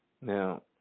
Now